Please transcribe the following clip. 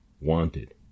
wanted